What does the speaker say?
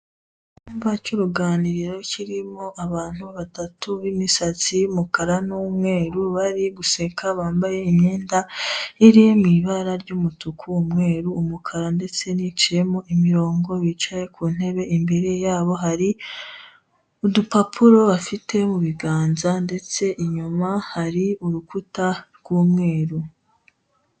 Icyumba cy'uruganiriro kirimo abantu batatu b'imisatsi y'umukara n'umweru bari guseka, bambaye imyenda iri mu ibara ry'umutuku, umweru, umukara ndetse n'iciyemo imirongo, bicaye ku ntebe imbere yabo hari udupapuro bafite mu biganza, ndetse inyuma hari urukuta rw'umweru.